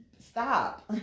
stop